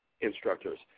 instructors